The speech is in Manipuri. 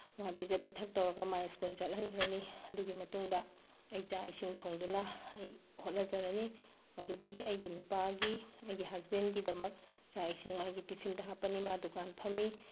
ꯄꯤꯖ ꯄꯤꯊꯛ ꯇꯧꯔꯒ ꯃꯥꯒꯤ ꯁ꯭ꯀꯨꯜ ꯆꯠꯍꯟꯈ꯭ꯔꯅꯤ ꯑꯗꯨꯒꯤ ꯃꯇꯨꯡꯗ ꯑꯩ ꯆꯥꯛ ꯏꯁꯤꯡ ꯊꯣꯡꯗꯨꯅ ꯑꯩ ꯍꯣꯠꯅꯖꯔꯅꯤ ꯑꯗꯨꯗꯒꯤ ꯑꯩꯒꯤ ꯅꯨꯄꯥꯒꯤ ꯑꯩꯒꯤ ꯍꯁꯕꯦꯟꯒꯤꯗꯃꯛ ꯆꯥꯛ ꯏꯁꯤꯡ ꯃꯥꯒꯤ ꯇꯤꯐꯤꯟꯗ ꯍꯥꯞꯄꯅꯤ ꯃꯥ ꯗꯨꯀꯥꯟ ꯐꯝꯃꯤ